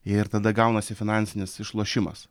ir tada gaunasi finansinis išlošimas